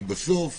כי בסוף